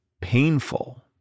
painful